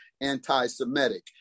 anti-Semitic